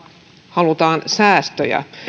halutaan säästöjä